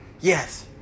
Yes